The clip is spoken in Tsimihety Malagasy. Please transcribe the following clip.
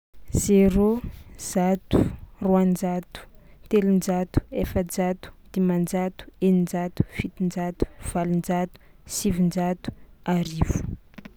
Zéro, zato, roanjato, telonjato, efajato, dimanjato, eninjato, fitonjato, valonjato, sivinjato, arivo.